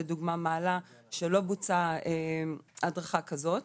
לדוגמא מעלה שלא בוצעה הדרכה כזאת,